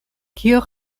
kirk